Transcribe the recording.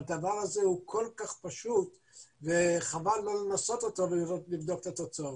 הדבר הזה הוא כל כך חשוב וחבל לא לנסות אותו ולבדוק את התוצאות.